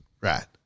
Right